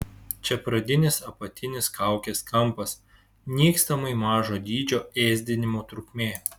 čia pradinis apatinis kaukės kampas nykstamai mažo dydžio ėsdinimo trukmė